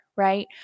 right